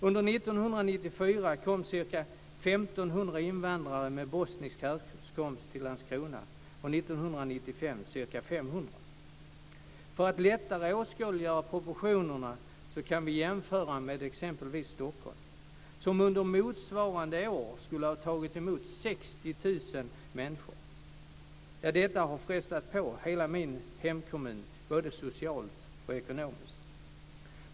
Under 1994 kom ca 1 500 invandrare med bosnisk härkomst till Landskrona och 1995 ca 500. För att lättare åskådliggöra proportionerna kan vi jämföra med exempelvis Stockholm, som under motsvarande år skulle ha tagit emot 60 000 människor. Detta har frestat på hela min hemkommun både socialt och ekonomiskt.